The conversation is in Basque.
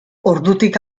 ordutik